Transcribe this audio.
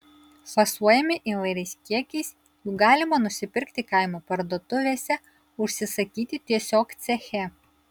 fasuojami įvairiais kiekiais jų galima nusipirkti kaimo parduotuvėse užsisakyti tiesiog ceche